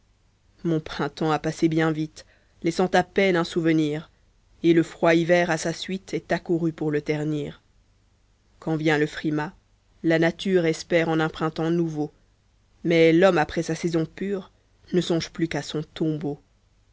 mon printemps a passe bien vite laissant à peine un souvenir et le froid hiver à sa suite est accouru pour le ternir quand vient le frimas la nature espère en un printemps nouveau mais l'homme après sa saison pure ne songe plus qu'à son tombeau